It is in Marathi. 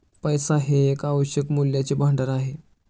पैसा हे एक आवश्यक मूल्याचे भांडार आहे